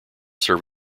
serve